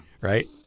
Right